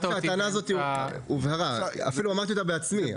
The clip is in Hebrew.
הטענה הזו הובהרה; אפילו אמרתי אותה בעצמי,